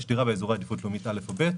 דירה באזורי עדיפות לאומית א' או ב'.